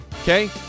Okay